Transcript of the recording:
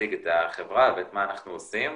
להציג את החברה ואת מה שאנחנו עושים.